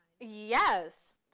Yes